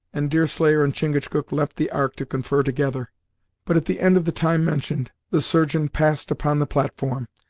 and deerslayer and chingachgook left the ark to confer together but, at the end of the time mentioned, the surgeon passed upon the platform,